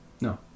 No